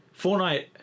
Fortnite